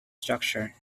structure